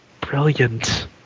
brilliant